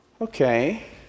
okay